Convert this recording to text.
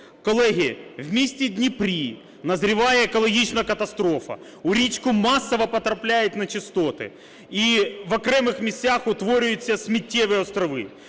Колеги, в місті Дніпрі назріває екологічна катастрофа. У річку масово потрапляють нечистоти, і в окремих місцях утворюються сміттєві острови.